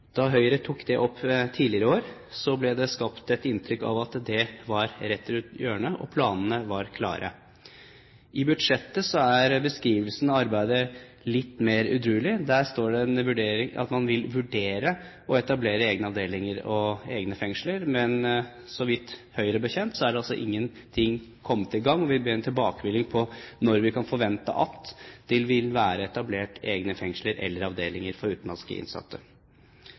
Da Høyre tok det opp tidligere i år, ble det skapt et inntrykk av at dette var rett rundt hjørnet, og at planene var klare. I budsjettet er beskrivelsen av arbeidet litt mer edruelig. Der står det at man vil vurdere å etablere egne avdelinger og egne fengsler, men Høyre bekjent er ingen ting kommet i gang. Vi ber om tilbakemelding om når vi kan forvente at det vil være etablert egne fengsler eller avdelinger for utenlandske innsatte.